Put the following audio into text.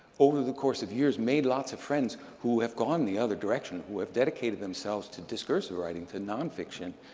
over the course of years, made lots of friends who have gone the other direction, who have dedicated themselves to discursive writing, to non-fiction.